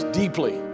deeply